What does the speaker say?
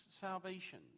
salvation